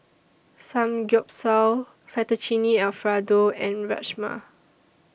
Samgyeopsal Fettuccine Alfredo and Rajma